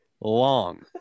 long